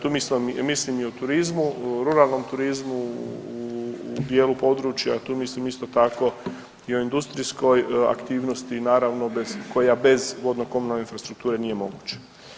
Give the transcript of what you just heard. Tu mislim, mislim i o turizmu, ruralnom turizmu u dijelu područja tu mislim isto tako i o industrijskoj aktivnosti naravno bez, koja bez vodnokomunalne infrastrukture nije moguća.